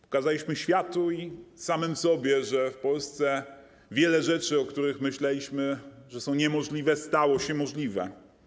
Pokazaliśmy światu i samym sobie, że w Polsce wiele rzeczy, o których myśleliśmy, że są niemożliwe, stało się możliwych.